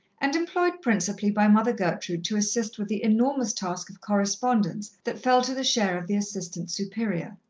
and employed principally by mother gertrude to assist with the enormous task of correspondence that fell to the share of the assistant superior.